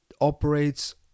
operates